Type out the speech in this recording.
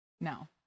No